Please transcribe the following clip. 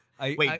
Wait